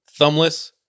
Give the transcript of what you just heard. Thumbless